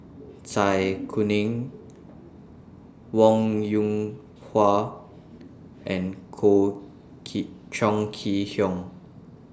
Zai Kuning Wong Yoon Wah and Chong Kee Hiong